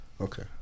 Okay